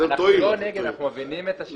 אנחנו לא נגד, אנחנו מבינים את השיקול.